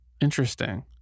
Interesting